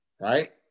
right